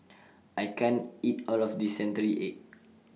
I can't eat All of This Century Egg